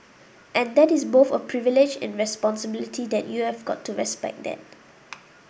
and that is both a privilege and a responsibility and you've got to respect that